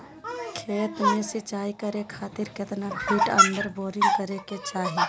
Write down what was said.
खेत में सिंचाई करे खातिर कितना फिट अंदर बोरिंग करे के चाही?